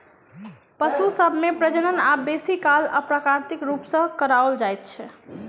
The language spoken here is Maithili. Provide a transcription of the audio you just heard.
पशु सभ मे प्रजनन आब बेसी काल अप्राकृतिक रूप सॅ कराओल जाइत छै